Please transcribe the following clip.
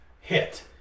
hit